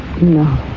No